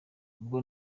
ubwo